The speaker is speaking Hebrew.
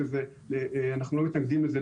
אנחנו לא מתנגדים לזה,